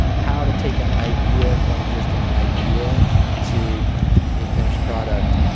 how to take an idea from just an idea to a finished product.